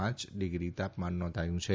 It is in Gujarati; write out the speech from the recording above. પાંચ ડીગ્રી તાપમાન નોંધાયું છે